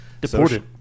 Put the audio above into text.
Deported